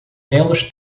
menos